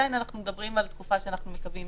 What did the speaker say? ועדיין אנחנו מדברים על תקופה שאנחנו מקווים